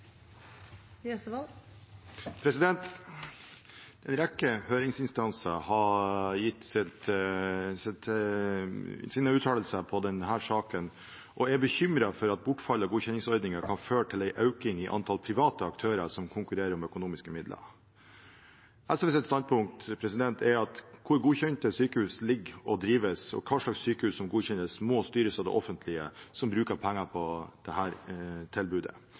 for at bortfallet av godkjenningsordningen kan føre til en økning av antallet private aktører som konkurrerer om økonomiske midler. SVs standpunkt er at hvor godkjente sykehus ligger og drives, og hva slags sykehus som godkjennes, må styres av det offentlige, som bruker penger på dette tilbudet. Det